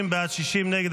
50 בעד, 60 נגד.